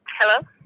Hello